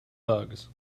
bugs